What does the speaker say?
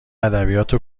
ادبیات